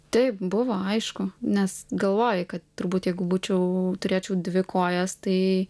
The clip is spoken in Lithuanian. taip buvo aišku nes galvoji kad turbūt jeigu būčiau turėčiau dvi kojas tai